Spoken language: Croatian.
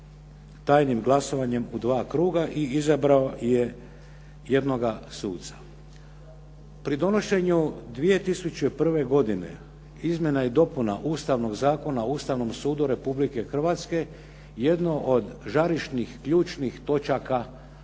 tajnim glasovanjem u dva kruga i izabrao je jednoga suca. Pri donošenju 2001. godine Izmjena i dopuna Ustavnog zakona o Ustavnom sudu Republike Hrvatske, jedno od žarišnih, ključnih točaka prijepora